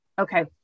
Okay